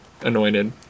anointed